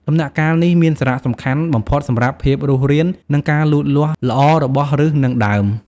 ដំណាក់កាលនេះមានសារៈសំខាន់បំផុតសម្រាប់ភាពរស់រាន និងការលូតលាស់ល្អរបស់ឬស និងដើម។